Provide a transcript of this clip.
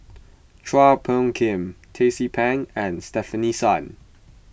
Chua Phung Kim Tracie Pang and Stefanie Sun